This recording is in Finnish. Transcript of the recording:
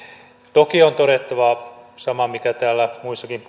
toki on todettava sama mikä täällä muissakin